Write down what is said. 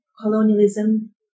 colonialism